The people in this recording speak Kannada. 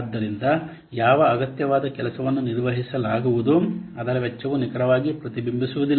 ಆದ್ದರಿಂದ ಯಾವ ಅಗತ್ಯವಾದ ಕೆಲಸವನ್ನು ನಿರ್ವಹಿಸಲಾಗುವುದು ಅದರ ವೆಚ್ಚವು ನಿಖರವಾಗಿ ಪ್ರತಿಬಿಂಬಿಸುವುದಿಲ್ಲ